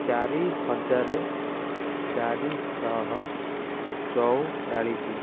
ଚାରି ହଜାର ଚାରିଶହ ଚଉରାଳିଶି